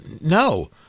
No